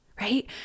right